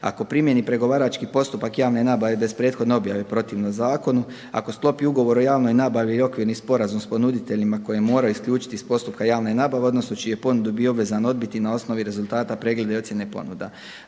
ako primjeni pregovarački postupak javne nabave bez prethodne objave protivno zakonu, ako sklopi ugovor o javnoj nabavi i okvirni sporazum s ponuditeljima koji moraju isključiti iz postupka javne nabave odnosno čiju je ponudi bio obvezan odbiti na osnovi rezultata pregleda i ocjene ponuda,